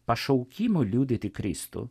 pašaukimo liudyti kristų